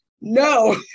no